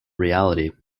reality